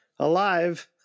Alive